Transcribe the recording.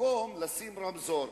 במקום להתקין רמזור.